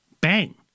Bang